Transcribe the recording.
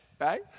right